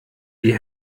die